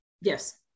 Yes